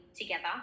together